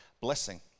Blessing